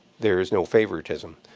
there is no favoritism.